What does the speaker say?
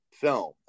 film